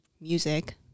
music